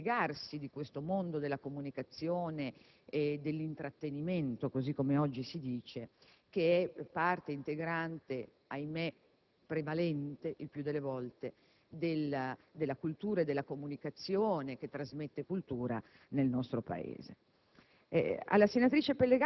tutto il dispiegarsi del mondo della comunicazione e dell'intrattenimento, così come oggi si dice, che è parte integrante, ahimé il più delle volte prevalente, della cultura e della comunicazione che trasmette cultura nel nostro Paese.